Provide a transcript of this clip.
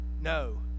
No